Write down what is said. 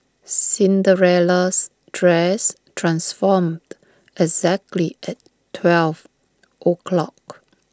Cinderella's dress transformed exactly at twelve o' clock